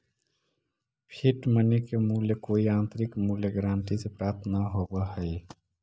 fiat money के मूल्य कोई आंतरिक मूल्य गारंटी से प्राप्त न होवऽ हई